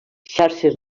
xarxes